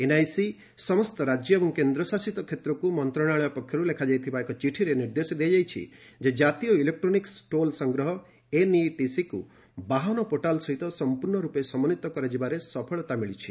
NIC ସମସ୍ତ ରାଜ୍ୟ ଏବଂ କେନ୍ଦ୍ର ଶାସିତ କ୍ଷେତ୍ରକୁ ମନ୍ତ୍ରଣାଳୟ ପକ୍ଷରୁ ଲେଖାଯାଇଥିବା ଏକ ଚିଠିରେ ନିର୍ଦ୍ଦେଶ ଦିଆଯାଇଛି ଯେ ଜାତୀୟ ଇଲେକ୍ରୋନିକ୍କ ଟୋଲ୍ ସଂଗ୍ରହ ଏନ୍ଇଟିସିକୁ 'ବାହନ' ପୋର୍ଟାଲ୍ ସହିତ ସମ୍ପୂର୍ଣ୍ଣ ରୂପେ ସମନ୍ୱିତ କରାଯିବାରେ ସଫଳତା ମିଳିଛି